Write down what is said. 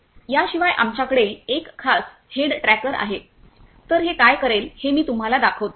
त्याशिवाय आमच्याकडे एक खास हेड ट्रॅकर आहे तर हे काय करेल ते मी तुम्हाला दाखवतो